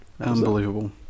unbelievable